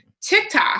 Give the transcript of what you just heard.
TikTok